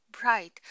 Bright